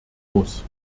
muss